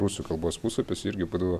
rusų kalbos puslapiuose irgi būdavo